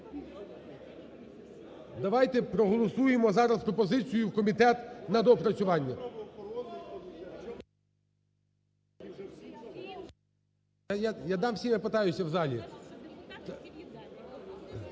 Давайте проголосуємо зараз пропозицію: в комітет на доопрацювання. (Шум у залі) Я дам всім, я питаюся в залі.